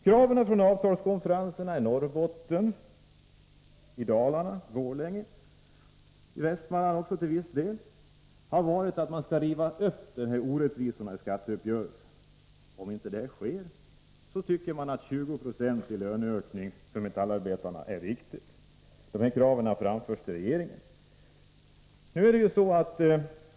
Kraven från avtalskonferenserna i Norrbotten, i Dalarna, Borlänge och till viss del i Västmanland har gällt att man skall riva upp orättvisorna i skatteuppgörelsen. Om inte det sker, tycker man att 20 96 i löneökning för metallarbetarna är riktigt. Dessa krav framförs till regeringen.